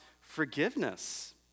forgiveness